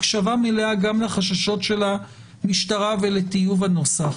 הקשבה מלאה גם לחששות של המשטרה ולטיוב הנוסח,